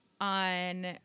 on